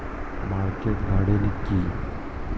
Market gardening কি?